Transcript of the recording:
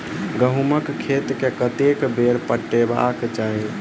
गहुंमक खेत केँ कतेक बेर पटेबाक चाहि?